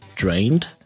drained